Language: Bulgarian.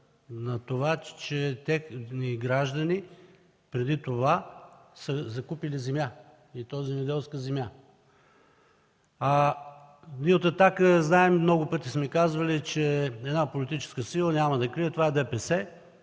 на това, че техни граждани преди това са закупили земя и то земеделска земя. Ние от „Атака” знаем и много пъти сме казвали, че една политическа сила, няма да я крия – това е ДПС,